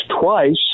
twice